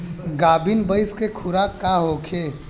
गाभिन भैंस के खुराक का होखे?